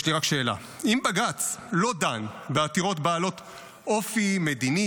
יש לי רק שאלה: אם בג"ץ לא דן בעתירות בעלות אופי מדיני